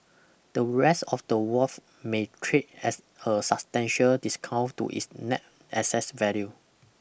the rest of the Wharf may trade as a substantial discount to its net assess value